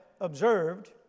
observed